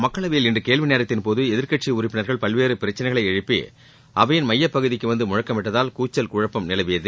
மக்களவையில் இன்று கேள்வி நேரத்தின்போது எதிர்க்கட்சி உறுப்பினர்கள் பல்வேறு பிரச்சனைகளை எழுப்பி அவையின் மையப் பகுதிக்கு வந்து முழக்கமிட்டதால் கூச்சல் குழப்பம் நிலவியது